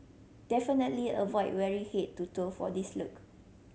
definitely avoid wearing head to toe for this look